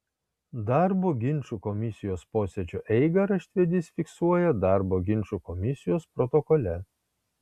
darbo ginčų komisijos posėdžio eigą raštvedys fiksuoja darbo ginčų komisijos protokole